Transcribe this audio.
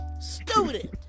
student